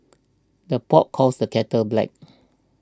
the pot calls the kettle black